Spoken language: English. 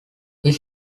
his